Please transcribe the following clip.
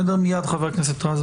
מיד חבר הכנסת רז.